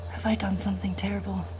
have i done something terrible?